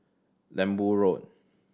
Lembu Road